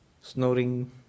snoring